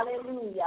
hallelujah